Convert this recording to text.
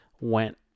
went